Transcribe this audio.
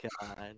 god